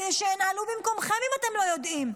שינהלו במקומכם אם אתם לא יודעים.